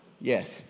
yes